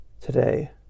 today